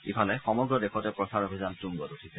ইফালে সমগ্ৰ দেশতে প্ৰচাৰ অভিযান টুংগত উঠিছে